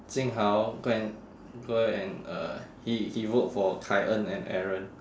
jing hao go and go and uh he he work for kai en and aaron